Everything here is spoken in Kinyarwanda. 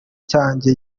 cyanjye